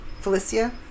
Felicia